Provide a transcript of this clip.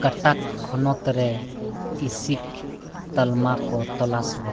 ᱠᱚᱴᱚᱠ ᱦᱚᱱᱚᱛ ᱨᱮ ᱤᱥᱤᱠ ᱛᱟᱞᱢᱟ ᱠᱚ ᱛᱚᱞᱟᱥ ᱢᱮ